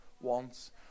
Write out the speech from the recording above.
wants